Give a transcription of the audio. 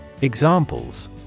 Examples